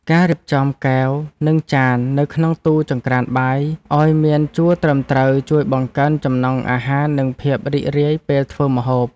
ការរៀបចំកែវនិងចាននៅក្នុងទូចង្រ្កានបាយឱ្យមានជួរត្រឹមត្រូវជួយបង្កើនចំណង់អាហារនិងភាពរីករាយពេលធ្វើម្ហូប។